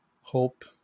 hope